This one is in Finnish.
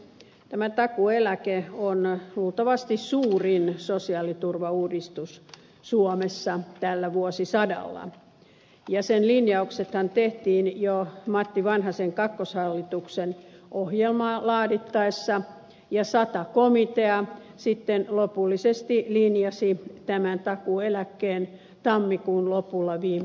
tämä takuueläke on luultavasti suurin sosiaaliturvauudistus suomessa tällä vuosisadalla ja sen linjauksethan tehtiin jo matti vanhasen kakkoshallituksen ohjelmaa laadittaessa ja sata komitea sitten lopullisesti linjasi tämän takuueläkkeen tammikuun lopulla viime vuonna